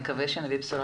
נקווה שנביא בשורה.